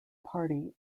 party